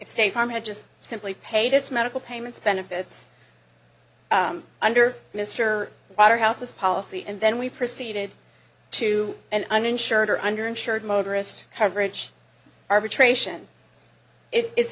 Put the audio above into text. state farm had just simply paid its medical payments benefits under mr potter house as policy and then we proceeded to an uninsured or under insured motorist coverage arbitration it's